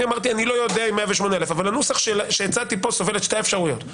אני לא יודע אם 108א א אבל הנוסח שהצעתי פה סובל את שתי האפשרויות.